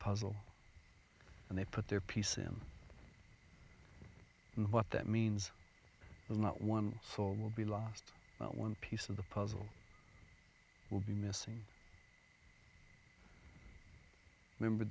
puzzle and they put their piece him and what that means is not one soul will be lost but one piece of the puzzle will be missing remember